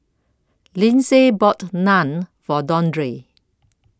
Lindsay bought Naan For Dondre